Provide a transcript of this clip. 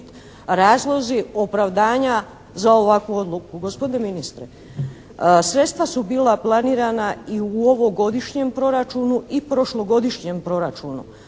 razlozi opravdanja za ovakvu odluku. Gospodine ministre, sredstva su bila planirana i u ovogodišnjem proračunu i prošlogodišnjem proračunu,